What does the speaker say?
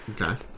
okay